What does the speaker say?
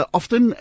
often